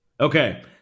Okay